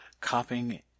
copying